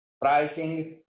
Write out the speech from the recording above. pricing